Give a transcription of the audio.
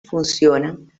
funcionan